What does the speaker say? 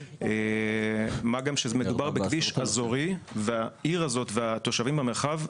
מה גם שמדובר בכביש אזורי והעיר הזו והתושבים במרחב,